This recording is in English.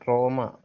Roma